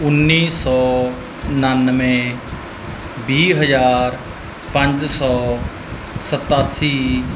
ਉੱਨੀ ਸੌ ਉਣਾਨਵੇਂ ਵੀਹ ਹਜ਼ਾਰ ਪੰਜ ਸੌ ਸਤਾਸੀ